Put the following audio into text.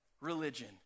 religion